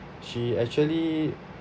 she actually